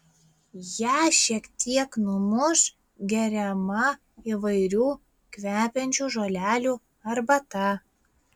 ją šiek tiek numuš geriama įvairių kvepiančių žolelių arbata